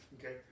okay